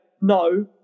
no